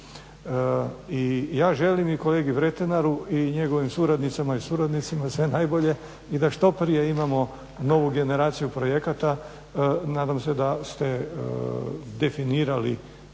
I ja želim i kolegi Vretenaru i njegovim suradnicama i suradnicima sve najbolje i da što prije imamo novu generaciju projekata. Nadam se da ste definirali